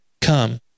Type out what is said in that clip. come